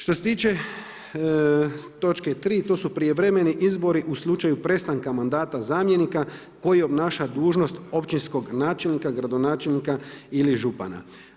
Što se tiče točke 3. to su prijevremeni izbori u slučaju prestanka mandata zamjenika koji obnaša dužnost općinskog načelnika, gradonačelnika ili župana.